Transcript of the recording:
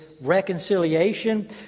reconciliation